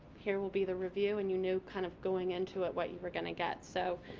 here will be the review. and you knew kind of going into it what you were going to get. so